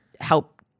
help